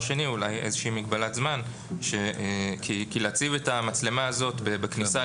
אולי איזושהי מגבלת זמן כדי להציב את המצלמה הזאת בכניסה